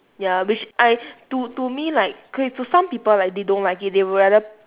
ya which I to to me like K to some people like they don't like it they would rather